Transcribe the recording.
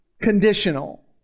conditional